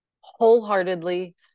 Wholeheartedly